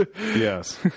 Yes